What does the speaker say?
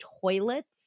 toilets